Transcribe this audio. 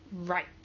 right